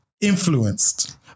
influenced